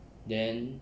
then